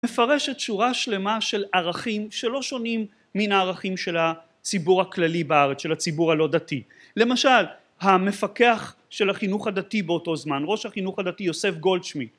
מפרשת שורה שלמה של ערכים שלא שונים מן הערכים של הציבור הכללי בארץ של הציבור הלא דתי למשל המפקח של החינוך הדתי באותו זמן ראש החינוך הדתי יוסף גולדשמיט